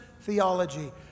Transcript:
theology